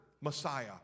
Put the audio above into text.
Messiah